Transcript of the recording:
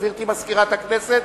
גברתי מזכירת הכנסת,